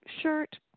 shirt